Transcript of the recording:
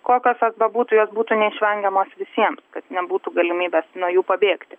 kokios jos bebūtų jos būtų neišvengiamos visiem kad nebūtų galimybės nuo jų pabėgti